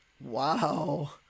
Wow